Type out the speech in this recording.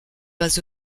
bas